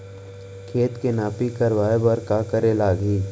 खेत के नापी करवाये बर का करे लागही?